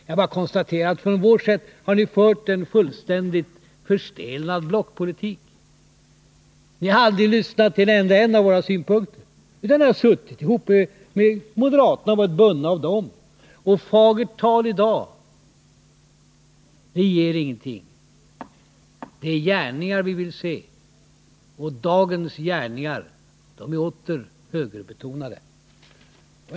Jag konstaterar bara att ni enligt vårt sätt att se har fört en fullständigt förstelnad blockpolitik. Ni har inte lyssnat till en enda av våra synpunkter, utan ni har suttit ihop med moderaterna och varit bundna av dem. Fagert tal i dag ger ingenting. Det är gärningar vi vill se, och dagens gärningar är åter överbetonade.